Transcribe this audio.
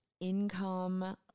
income